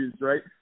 right